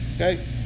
Okay